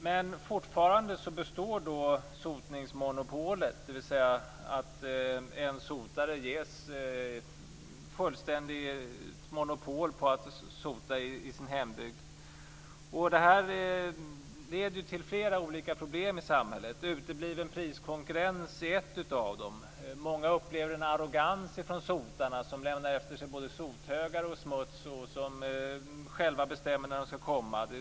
Men fortfarande består sotningsmonopolet, dvs. att en sotare ges fullständigt monopol på att sota i sin hembygd. Detta leder till flera olika problem i samhället. Utebliven priskonkurrens är ett av dem. Många upplever en arrogans hos sotarna, som lämnar både sothögar och smuts efter sig och själva bestämmer när de ska komma.